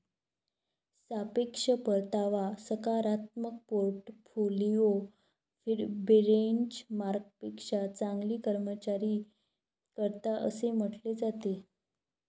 सापेक्ष परतावा सकारात्मक पोर्टफोलिओ बेंचमार्कपेक्षा चांगली कामगिरी करतात असे म्हटले जाते